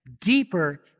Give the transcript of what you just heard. deeper